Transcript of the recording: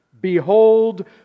Behold